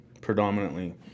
predominantly